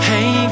Hey